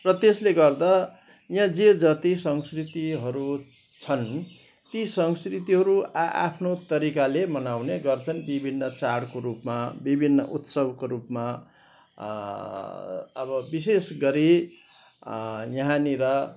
र त्यसले गर्दा यहाँ जे जति संस्कृतिहरू छन् ती संस्कृतिहरू आ आफ्नो तरिकाले मनाउने गर्छन् विभिन्न चाडको रूपमा विभिन्न उत्सवको रूपमा अब विशेष गरी यहाँनिर